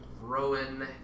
Rowan